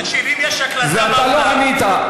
תקשיב, אם יש הקלטה באולם, ואתה לא ענית.